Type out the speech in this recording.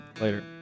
later